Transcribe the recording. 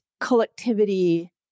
collectivity